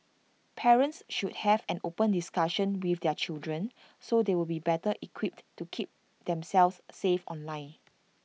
parents should have an open discussion with their children so they will be better equipped to keep themselves safe online